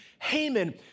haman